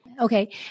Okay